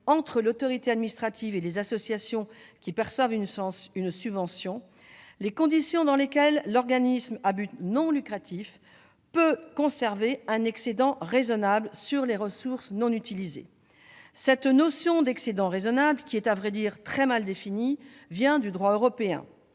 entre l'autorité administrative et les associations qui perçoivent une subvention, les conditions dans lesquelles l'organisme à but non lucratif peut conserver un « excédent raisonnable » sur les ressources non utilisées. Cette notion d'excédent raisonnable, à vrai dire très mal définie, vient du droit européen.